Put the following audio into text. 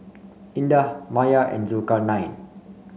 Indah Maya and Zulkarnain